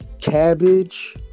cabbage